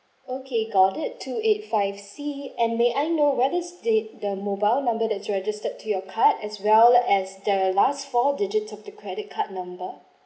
okay got it two eight five C and may I know what is the the mobile number that you are registered to your card as well as the last four digit of your credit card number